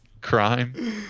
crime